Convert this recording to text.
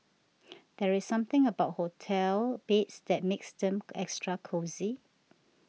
there's something about hotel beds that makes them extra cosy